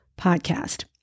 podcast